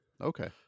Okay